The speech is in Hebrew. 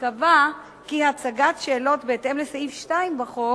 ייקבע כי הצגת שאלות בהתאם לסעיף 2 בחוק